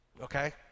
okay